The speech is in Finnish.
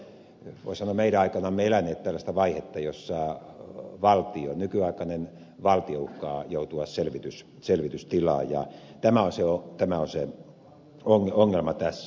me emme ole voisi sanoa meidän aikanamme eläneet tällaista vaihetta jossa nykyaikainen valtio uhkaa joutua selvitystilaan ja tämä on se ongelma tässä